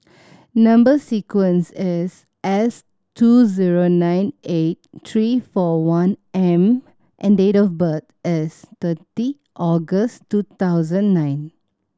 number sequence is S two zero nine eight three four one M and date of birth is thirty August two thousand nine